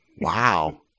wow